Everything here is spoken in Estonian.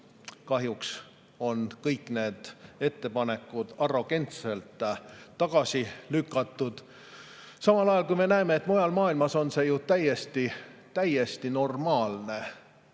Kahjuks on kõik need ettepanekud arrogantselt tagasi lükatud, samal ajal kui me näeme, et mujal maailmas on selline asi ju täiesti normaalne.